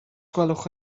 gwelwch